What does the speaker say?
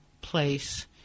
place